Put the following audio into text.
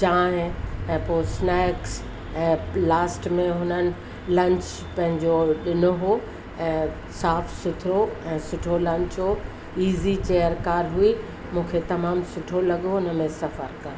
चांहि ऐं पोइ स्नेक्स ऐं लास्ट में हुननि लंच पंहिंजो ॾिनो हो ऐं साफ़ु सुथरो ऐं सुठो लंच हो ईज़ी चेयर कार हुई मूंखे तमामु सुठो लॻो उनमें सफ़रु करणु